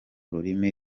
rurimi